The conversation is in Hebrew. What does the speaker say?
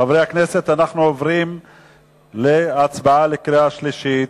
חברי הכנסת, אנחנו עוברים להצבעה בקריאה שלישית.